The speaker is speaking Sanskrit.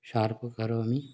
शार्प् करोमि